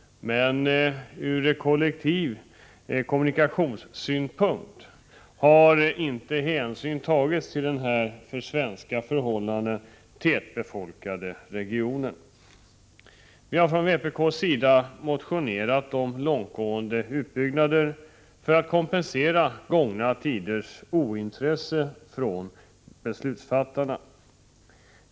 Men ur kollektivkommunikationssynpunkt har inte hänsyn tagits till denna för svenska förhållanden tätbefolkade region. Vi har från vpk:s sida motionerat om långtgående utbyggnad för att kompensera gångna tiders ointresse från beslutsfattarna.